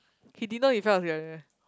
he didn't know in front was